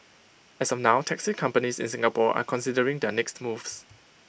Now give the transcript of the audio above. as of now taxi companies in Singapore are considering their next moves